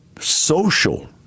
social